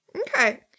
Okay